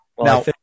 Now